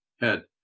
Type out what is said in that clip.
head